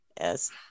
Yes